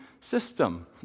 system